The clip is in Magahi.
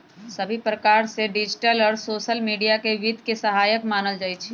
सभी प्रकार से डिजिटल और सोसल मीडिया के वित्त के सहायक मानल जाहई